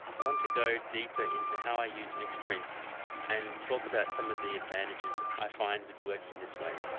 i want to go deeper into how i use mix prints and talk about some of the advantages i find with working this way.